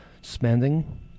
spending